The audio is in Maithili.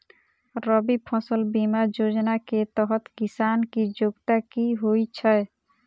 रबी फसल बीमा योजना केँ तहत किसान की योग्यता की होइ छै?